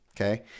okay